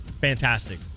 fantastic